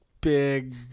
big